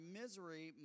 misery